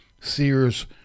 Sears